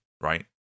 right